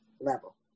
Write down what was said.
level